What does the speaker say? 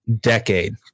decade